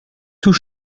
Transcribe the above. tout